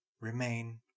remain